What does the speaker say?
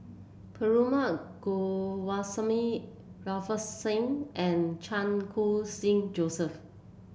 Perumal Govindaswamy Ravinder Singh and Chan Khun Sing Joseph